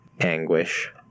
anguish